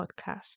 podcast